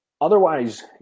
otherwise